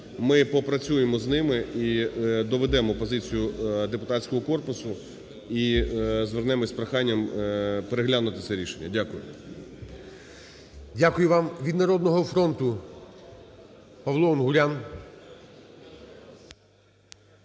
Ми попрацюємо з ними і доведемо позицію депутатського корпусу, і звернемося з проханням переглянути це рішення. Дякую. ГОЛОВУЮЧИЙ. Дякую вам. Від "Народного фронту" – Павло Унгурян.